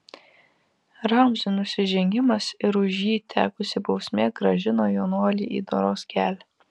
ramzio nusižengimas ir už jį tekusi bausmė grąžino jaunuolį į doros kelią